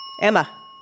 Emma